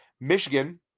Michigan